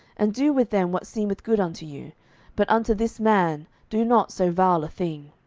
and do with them what seemeth good unto you but unto this man do not so vile a thing.